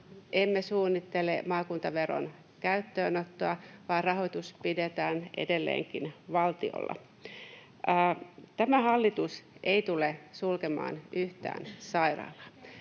emme suunnittele maakuntaveron käyttöönottoa, vaan rahoitus pidetään edelleenkin valtiolla. Tämä hallitus ei tule sulkemaan yhtään sairaalaa.